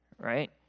right